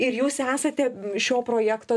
ir jūs esate šio projekto